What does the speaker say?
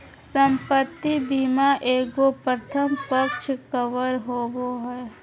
संपत्ति बीमा एगो प्रथम पक्ष कवर होबो हइ